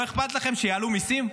לא אכפת לכם שיעלו מיסים?